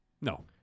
No